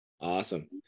awesome